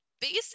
basic